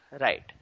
right